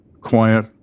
Quiet